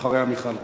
ואחריה מיכל רוזין.